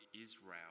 Israel